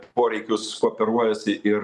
poreikius kooperuojasi ir